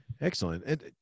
Excellent